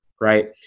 right